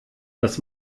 dass